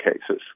cases